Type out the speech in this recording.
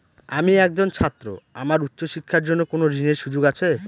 আমি একজন ছাত্র আমার উচ্চ শিক্ষার জন্য কোন ঋণের সুযোগ আছে?